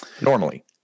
Normally